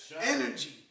energy